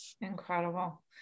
incredible